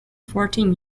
fourteen